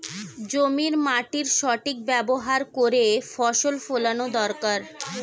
জমির মাটির সঠিক ব্যবহার করে ফসল ফলানো দরকারি